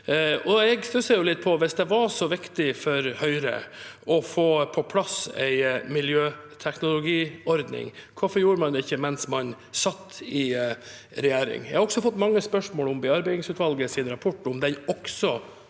hvis det var så viktig for Høyre å få på plass en miljøtek nologiordning, hvorfor gjorde man det ikke mens man satt i regjering? Jeg har også fått mange spørsmål om bearbeidingsutvalgets rapport – om den også